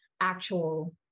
actual